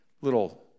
little